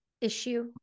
issue